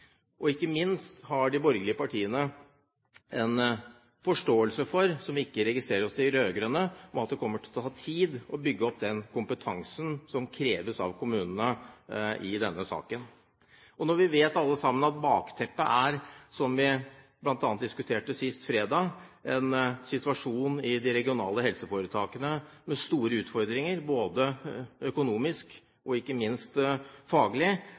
Og ikke minst har de borgerlige partiene en forståelse for – som vi ikke registrerer hos de rød-grønne – at det kommer til å ta tid å bygge opp den kompetansen som kreves av kommunene i denne saken. Når vi alle sammen vet, som vi bl.a. diskuterte sist fredag, at bakteppet er en situasjon i de regionale helseforetakene med store utfordringer økonomisk og ikke minst faglig,